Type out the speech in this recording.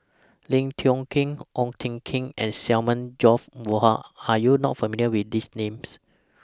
Lim Tiong Ghee Ong Tjoe Kim and Samuel George Bonham Are YOU not familiar with These Names